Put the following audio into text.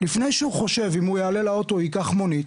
לפני שהוא חושב אם הוא אם הוא יעלה על האוטו או ייקח מונית,